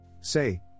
Say